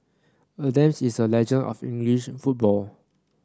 Adams is a legend of English football